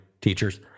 teachers